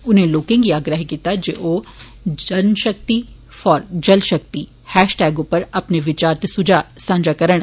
उनें लोकें गी आग्रह कीता जे ओ जन शक्ति फार जल शक्ति हैष उप्पर अपने विचार ते सुझा सांझा करन